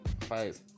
five